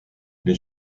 les